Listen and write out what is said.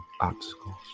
obstacles